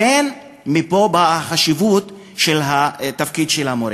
לכן, מפה באה החשיבות של התפקיד של המורה.